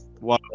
Wow